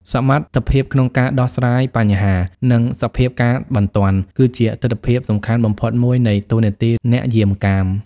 សមត្ថភាពក្នុងការដោះស្រាយបញ្ហា និងសភាពការណ៍បន្ទាន់ គឺជាទិដ្ឋភាពសំខាន់បំផុតមួយនៃតួនាទីអ្នកយាមកាម។